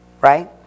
Right